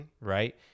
right